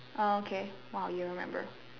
oh okay !wow! you remember